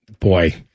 Boy